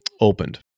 opened